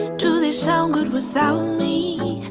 do they sound good without me? and